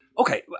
Okay